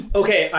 okay